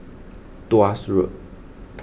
Tuas Road